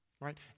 Right